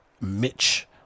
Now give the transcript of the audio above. Mitch